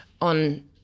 on